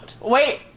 Wait